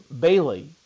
Bailey